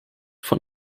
von